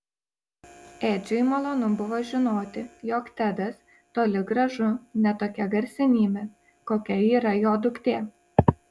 edžiui malonu buvo žinoti jog tedas toli gražu ne tokia garsenybė kokia yra jo duktė